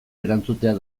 erantzutea